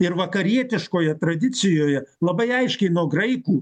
ir vakarietiškoje tradicijoje labai aiškiai nuo graikų